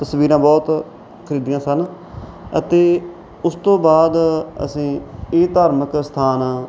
ਤਸਵੀਰਾਂ ਬਹੁਤ ਖਰੀਦੀਆਂ ਸਨ ਅਤੇ ਉਸ ਤੋਂ ਬਾਅਦ ਅਸੀਂ ਇਹ ਧਾਰਮਿਕ ਸਥਾਨ